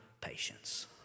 patience